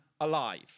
alive